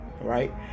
right